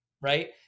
right